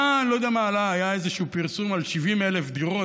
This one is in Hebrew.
היה איזשהו פרסום על 70,000 דירות,